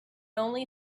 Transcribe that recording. only